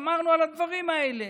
שמרנו על הדברים האלה.